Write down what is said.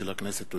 תודה.